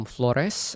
Flores